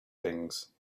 things